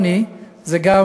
זה לא רק עוני,